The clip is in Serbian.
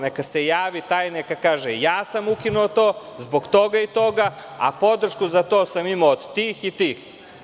Neka se javi taj, neka kaže – ja sam ukinuo to zbog toga i toga, a podršku za to sam imao od tih i tih.